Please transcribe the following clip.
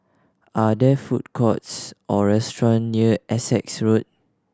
are there food courts or restaurant near Essex Road